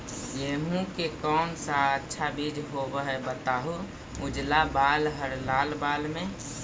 गेहूं के कौन सा अच्छा बीज होव है बताहू, उजला बाल हरलाल बाल में?